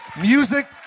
music